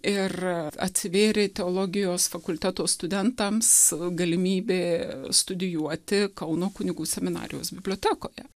ir atsivėrė teologijos fakulteto studentams galimybė studijuoti kauno kunigų seminarijos bibliotekoje